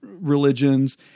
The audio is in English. religions